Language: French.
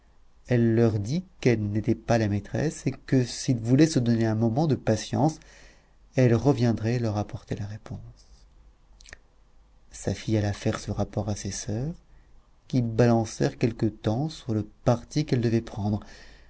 elle leur dit qu'elle n'était pas la maîtresse et que s'ils voulaient se donner un moment de patience elle reviendrait leur apporter la réponse safie alla faire ce rapport à ses soeurs qui balancèrent quelque temps sur le parti qu'elles devaient prendre